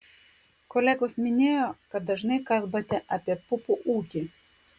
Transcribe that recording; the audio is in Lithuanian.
kolegos minėjo kad dažnai kalbate apie pupų ūkį